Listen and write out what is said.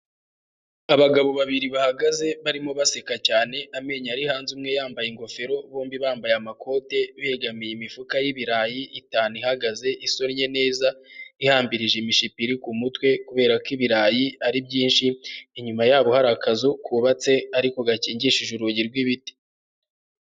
Abagabo babiri bahagaze, barimo baseka cyane, amenyo ari hanze, umwe yambaye ingofero, bombi bambaye amakote, begamiye imifuka y'ibirayi itanu ihagaze, isonye neza, ihambirije imishipi ku mutwe kubera ko ibirayi ari byinshi, inyuma yabo hari akazu kubabatse ariko gakingishije urugi rw'ibiti.